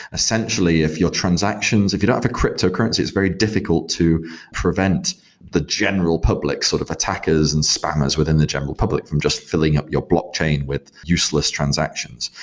essentially, if your transactions if you don't have a cryptocurrency, it's very difficult to prevent the general public sort of attackers and spammers within the general public from just filling up your blockchain with useless transactions.